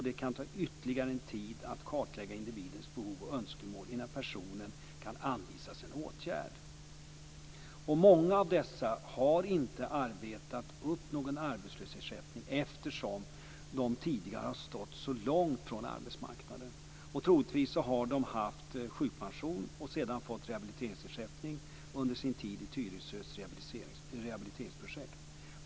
Det kan ta ytterligare en tid att kartlägga individens behov och önskemål innan personen kan anvisas en åtgärd. Många av de här personerna har inte så att säga arbetat upp någon arbetslöshetsersättning eftersom de tidigare stått så långt från arbetsmarknaden. Troligtvis har de haft sjukpension och sedan fått rehabiliteringsersättning under sin tid i Tyresö rehabiliteringsprojekt.